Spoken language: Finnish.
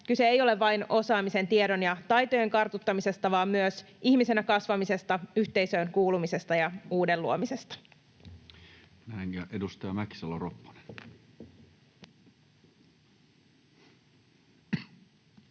Kyse ei ole vain osaamisen, tiedon ja taitojen kartuttamisesta vaan myös ihmisenä kasvamisesta, yhteisöön kuulumisesta ja uuden luomisesta.